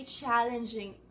challenging